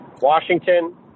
Washington